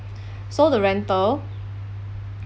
so the rental